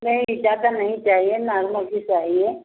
नहीं ज़्यादा नहीं चाहिए नॉर्मल ही चाहिए